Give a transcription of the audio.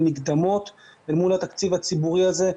מקדמות אל מול התקציב הציבורי הזה,